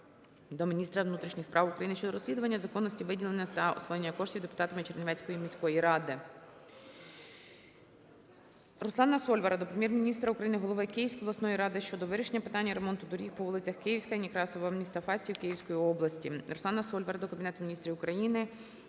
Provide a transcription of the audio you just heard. до міністра внутрішніх справ України щодо розслідування законності виділення та освоєння коштів депутатами Чернівецької міської ради. РусланаСольвара до Прем'єр-міністра України, голови Київської обласної ради щодо вирішення питання ремонту доріг по вулицях Київська і Некрасова міста Фастів Київської області. РусланаСольвара до Кабінету Міністрів України,